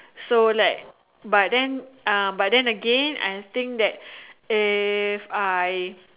so like but then uh but then again I think that if I